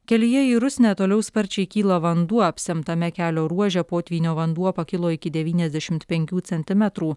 kelyje į rusnę toliau sparčiai kyla vanduo apsemtame kelio ruože potvynio vanduo pakilo iki devyniasdešimt penkių centimetrų